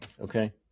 okay